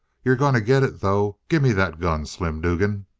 you're going to get it, though. gimme that gun, slim dugan!